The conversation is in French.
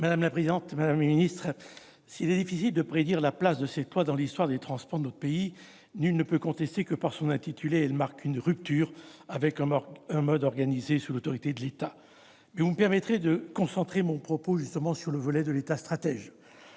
Madame la présidente, madame le ministre, mes chers collègues, s'il est difficile de prédire quelle sera la place de ce texte dans l'histoire des transports de notre pays, nul ne peut contester que, par son intitulé, il marque une rupture avec un monde organisé sous l'autorité de l'État. Vous me permettrez de concentrer mon propos sur le sujet de l'État stratège.